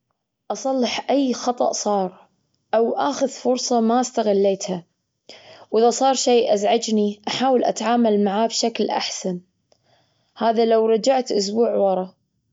أصلح أي خطأ صار، أو آخذ فرصة ما استغليتها، وإذا صار شيء أزعجني أحاول أتعامل معاه بشكل أحسن. هذا لو رجعت أسبوع ورا.